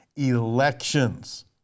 elections